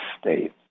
state